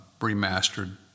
remastered